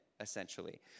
essentially